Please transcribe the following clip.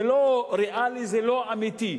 זה לא ריאלי, זה לא אמיתי.